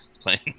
playing